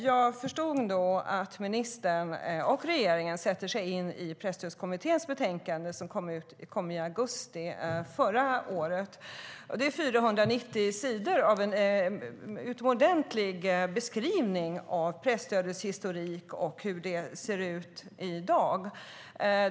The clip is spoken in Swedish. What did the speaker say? Jag förstod att ministern och regeringen sätter sig in i Presstödskommitténs betänkande, som kom i augusti förra året. Det är 490 sidor med en utomordentlig beskrivning av presstödets historik och hur det ser ut i dag.